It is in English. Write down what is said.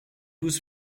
was